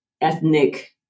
ethnic